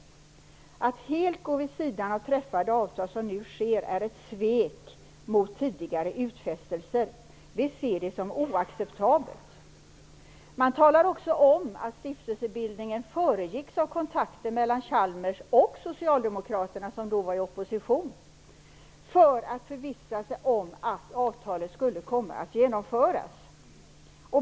Att helt gå vid sidan av träffade avtal, som nu sker, är ett svek mot tidigare utfästelser. Vi ser det som oacceptabelt. Man talar också om att stiftelsebildningen föregicks av kontakter mellan Chalmers och socialdemokraterna, som då var i opposition, för att man skulle förvissa sig om att avtalet skulle komma att genomföras.